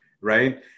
right